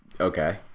Okay